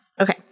Okay